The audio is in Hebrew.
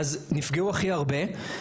הם נפגעו הכי הרבה.